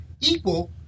equal